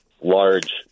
large